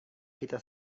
kita